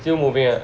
still moving ah